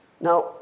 Now